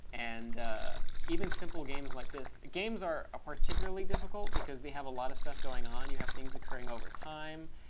and even simple games like this games are ah particularly difficult, because they have a lot of stuff going on. you have things occurring over time.